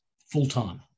full-time